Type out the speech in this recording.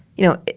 you know,